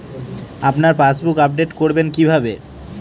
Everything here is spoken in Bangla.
আপনার পাসবুক আপডেট করবেন কিভাবে?